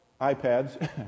iPads